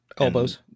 elbows